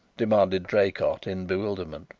demanded draycott, in bewilderment.